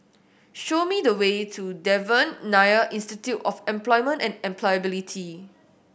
show me the way to Devan Nair Institute of Employment and Employability